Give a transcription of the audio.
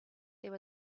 there